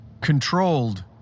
Controlled